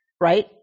right